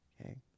okay